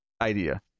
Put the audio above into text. idea